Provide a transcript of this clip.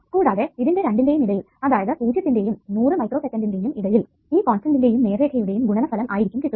കൂടാതെ ഇതിന്റെ രണ്ടിന്റെയും ഇടയിൽ അതായത് 0 ത്തിന്റെയും 100 മൈക്രോസെക്കൻന്റിന്റെയും ഇടയിൽ ഈ കോൺസ്റ്റന്റിന്റെയും നേർരേഖയുടെയും ഗുണനഫലം ആയിരിക്കും കിട്ടുക